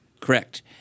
Correct